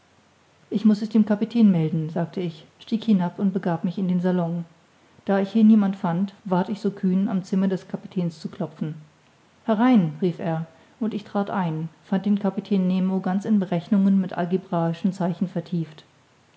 ich muß es dem kapitän melden sagte ich stieg hinab und begab mich in den salon da ich hier niemand fand ward ich so kühn am zimmer des kapitäns zu klopfen herein rief er und ich trat ein fand den kapitän nemo ganz in berechnungen mit algebraischen zeichen vertieft